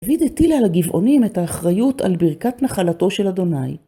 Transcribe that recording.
דוד את טילה לגבעונים את האחריות על ברכת נחלתו של ה'.